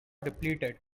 depleted